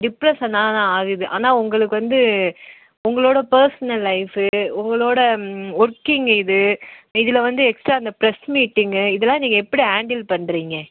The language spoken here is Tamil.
டிப்ரெசனாயெலாம் ஆகுது ஆனால் உங்களுக்கு வந்து உங்களோட பெர்சனல் லைஃப்பு உங்களோட ஒர்க்கிங் இது இதில் வந்து எக்ஸ்ட்ரா அந்த பிரஸ் மீட்டிங்கு இதெலாம் நீங்கள் எப்படி ஹேண்டில் பண்ணுறீங்க